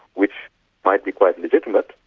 which might be quite legitimate,